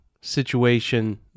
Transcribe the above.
situation